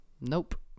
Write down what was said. Nope